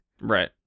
Right